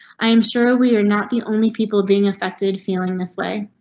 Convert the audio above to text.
i am sure we're not the only people being affected feeling this way.